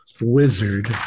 wizard